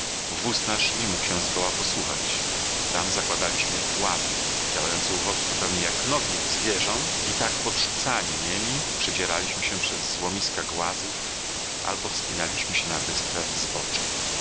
wóz nasz nie mógł się zgoła posuwać tam zakładaliśmy łapy działające u wozu zupełnie jak nogi u zwierząt i tak podrzucani niemi przedzieraliśmy się przez złomiska głazów albo wspinaliśmy się na bystre zbocza